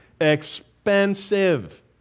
Expensive